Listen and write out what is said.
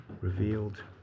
revealed